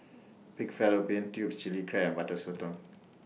Pig Fallopian Tubes Chili Crab and Butter Sotong